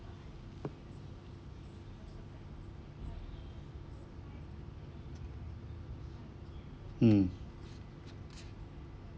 mm